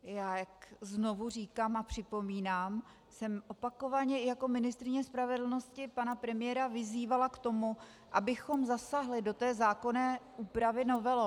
Já jsem, znovu říkám a připomínám, opakovaně jako ministryně spravedlnosti pana premiéra vyzývala k tomu, abychom zasáhli do té zákonné úpravy novelou.